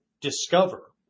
discover